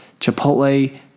Chipotle